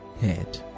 head